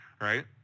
right